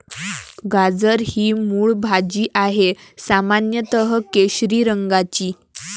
गाजर ही मूळ भाजी आहे, सामान्यत केशरी रंगाची